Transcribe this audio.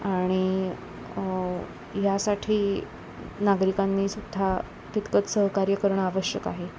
आणि यासाठी नागरिकांनीसुद्धा तितकंच सहकार्य करणं आवश्यक आहे